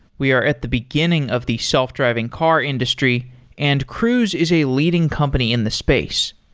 we are at the beginning of the self-driving car industry and cruise is a leading company in the space.